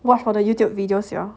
watch 我的 Youtube videos sia